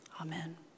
Amen